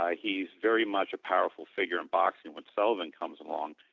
ah he is very much a powerful figure in boxing when sullivan comes along.